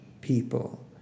people